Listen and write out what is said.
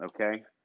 okay